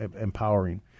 empowering